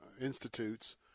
institutes